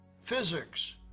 Physics